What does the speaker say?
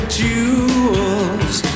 jewels